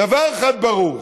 דבר אחד ברור: